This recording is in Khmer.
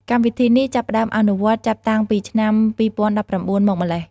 កម្មវិធីនេះចាប់ផ្តើមអនុវត្តចាប់តាំងពីឆ្នាំ២០១៩មកម្ល៉េះ។